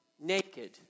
naked